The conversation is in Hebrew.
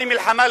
או למלחמה,